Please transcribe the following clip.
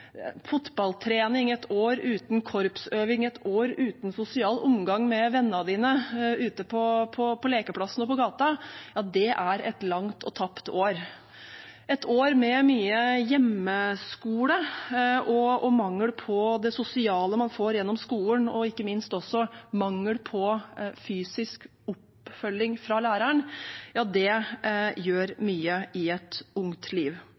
fotballtrening, et år uten korpsøving, et år uten sosial omgang med vennene dine ute på lekeplassen og på gata er et langt og tapt år. Et år med mye hjemmeskole og mangel på det sosiale man får gjennom skolen, og ikke minst også mangel på fysisk oppfølging fra læreren, gjør mye i et ungt liv.